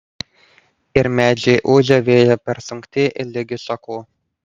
ir medžiai ūžią vėjo persunkti ligi šaknų